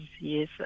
yes